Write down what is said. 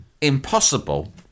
impossible